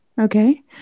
Okay